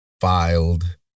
filed